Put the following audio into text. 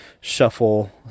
shuffle